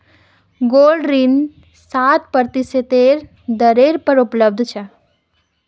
gold ऋण सात प्रतिशतेर दरेर पर उपलब्ध छ